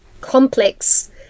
complex